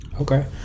Okay